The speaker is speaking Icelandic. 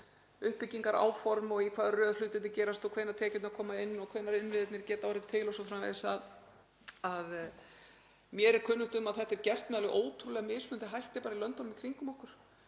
uppbyggingaráform og í hvaða röð hlutirnir gerast og hvenær tekjurnar koma inn og hvenær innviðirnir geta orðið til o.s.frv., að mér er kunnugt um að þetta er gert með alveg ótrúlega mismunandi hætti í löndunum í kringum okkur.